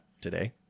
today